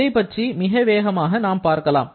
இதைப்பற்றி மிக வேகமாக நாம் பார்க்கலாம்